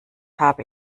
habe